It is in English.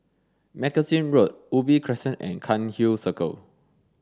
Magazine Road Ubi Crescent and Cairnhill Circle